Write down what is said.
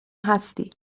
هستی